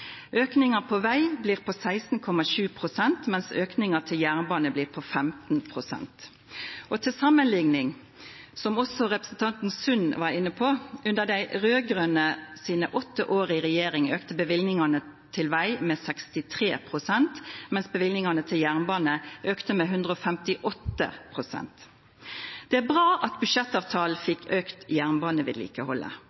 veg blir på 16,7 pst., mens auken for jernbane blir på 15 pst. Til samanlikning, som også representanten Sund var inne på: Under dei åtte åra med dei raud-grøne i regjering auka løyvingane til veg med 63 pst., mens løyvingane til jernbane auka med 158 pst. Det er bra at budsjettavtalen